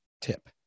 tip